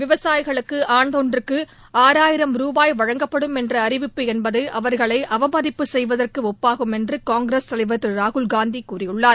விவசாயிகளுக்கு ஆண்டு ஒன்றுக்கு ஆறாயிரம் ரூபாய் வழங்கப்படும் என்ற அறிவிப்பு என்பது அவர்களை அவமதிப்பு செய்வதற்கு ஒப்பாகும் என்று காங்கிரஸ் தலைவர் திரு ராகுல்காந்தி கூறியுள்ளார்